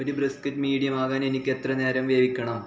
ഒരു brisket medium ആകാൻ എനിക്ക് എത്ര നേരം വേവിക്കണം